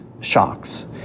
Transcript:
shocks